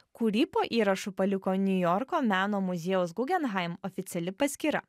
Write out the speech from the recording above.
kurį po įrašu paliko niujorko meno muziejaus gugenhaim oficiali paskyra